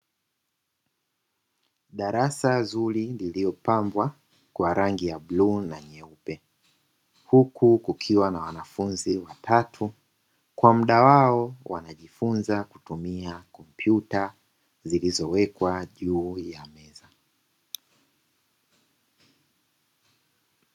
Darasa zuri, liliopambwa kwa rangi ya bluu na nyeupe, huku kukiwa na wanafunzi watatu, kwa muda wao wanajifunza kutumia kompyuta zilizowekwa juu ya meza.